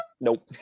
Nope